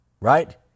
right